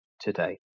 today